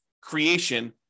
creation